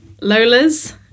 Lola's